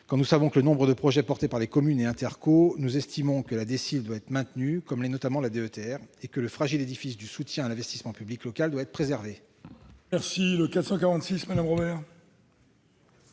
étrange au vu du nombre de projets engagés par les communes et les intercommunalités -, nous estimons que la DSIL doit être maintenue, comme l'est notamment la DETR, et que le fragile édifice du soutien à l'investissement public local doit être préservé.